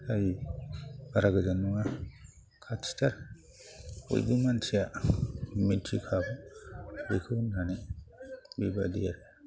जायो बारा गोजान नङा खाथिथार बयबो मानसिया मिथिखागौ बेखौ होननानै बेबादि आरो